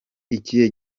iki